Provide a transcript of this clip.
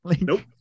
Nope